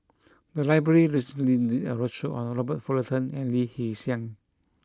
the library recently did a roadshow on the Robert Fullerton and Lee Hee Seng